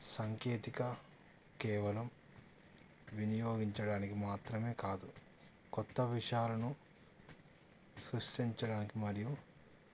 సాంకేతికత కేవలం వినియోగించడానికి మాత్రమే కాదు కొత్త విషయాలను సృష్టించడానికి మరియు